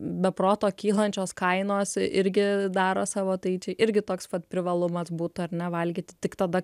be proto kylančios kainos irgi daro savo tai čia irgi toks vat privalumas būtų ar ne valgyti tik tada